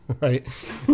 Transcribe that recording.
right